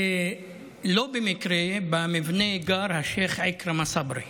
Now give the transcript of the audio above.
ולא במקרה במבנה גר השייח' עכרמה סברי.